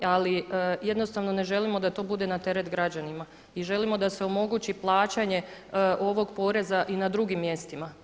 Ali jednostavno ne želimo da bude na teret građanima i želimo da se omogući plaćanje ovog poreza i na drugim mjestima.